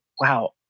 Wow